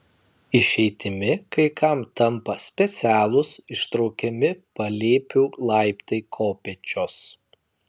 išeitimi kai kam tampa specialūs ištraukiami palėpių laiptai kopėčios